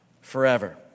Forever